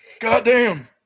Goddamn